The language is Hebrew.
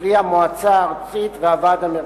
קרי המועצה הארצית והוועד המרכזי.